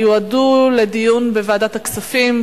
יועדו לדיון בוועדת הכספים.